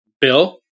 Bill